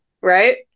Right